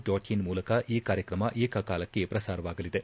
dot in ಮೂಲಕ ಈ ಕಾರ್ಯಕ್ರಮ ಏಕಕಾಲಕ್ಕೆ ಪ್ರಸಾರವಾಗಲಿದೆ